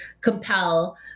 compel